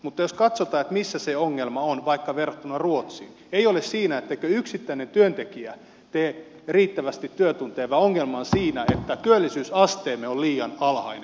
mutta jos katsotaan missä se ongelma on vaikka verrattuna ruotsiin se ei ole siinä ettei yksittäinen työntekijä tee riittävästi työtunteja vaan ongelma on siinä että työllisyysasteemme on liian alhainen